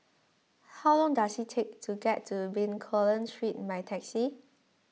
how long does it take to get to Bencoolen Street by taxi